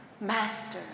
Master